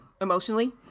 emotionally